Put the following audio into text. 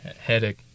Headache